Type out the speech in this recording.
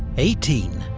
eighteen.